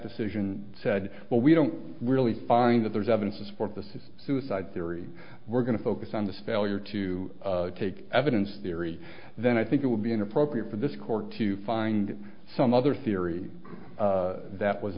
decision said well we don't really find that there is evidence to support this is suicide theory we're going to focus on this failure to take evidence theory then i think it would be inappropriate for this court to find some other theory that was